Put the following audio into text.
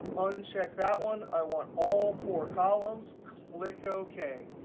uncheck that one. i want all four columns. click ok.